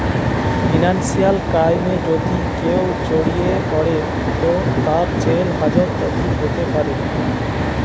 financial ক্রাইমে যদি কেও জড়িয়ে পড়ে তো তার জেল হাজত অবদি হোতে পারে